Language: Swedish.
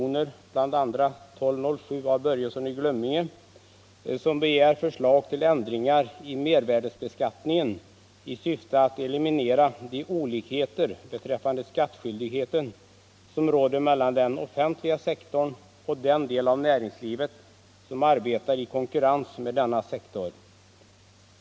Börjesson i Glömminge - som begär förslag till ändringar i mervärdebeskattningen i syfte att eliminera de olikheter beträffande skattskyldigheten som råder mellan den offentliga sektorn och den del av näringslivet som arbetar i konkurrens med denna sektor.